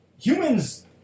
humans